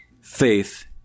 faith